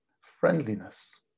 friendliness